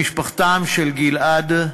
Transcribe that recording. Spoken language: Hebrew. למשפחותיהם של גיל-עד,